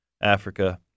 Africa